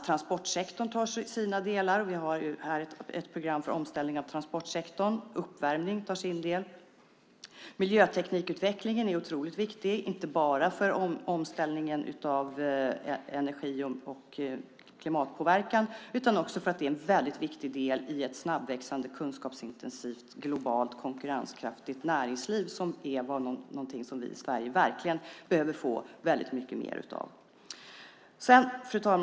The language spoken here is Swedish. Transportsektorn tar sina delar. Vi har här ett program för omställning av transportsektorn. Uppvärmning tar sin del. Miljöteknikutvecklingen är otroligt viktig, inte bara för omställningen av energi och klimatpåverkan utan också för att den är en viktig del i ett snabbväxande kunskapsintensivt globalt konkurrenskraftigt näringsliv. Det är något som vi i Sverige verkligen behöver få mer av. Fru talman!